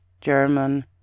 German